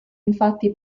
infatti